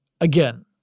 Again